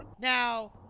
Now